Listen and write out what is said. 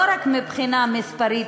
לא רק מבחינה מספרית,